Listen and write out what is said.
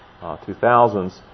2000s